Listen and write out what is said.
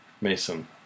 Mason